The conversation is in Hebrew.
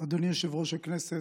אדוני יושב-ראש הכנסת,